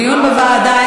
דיון בוועדה.